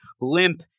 limp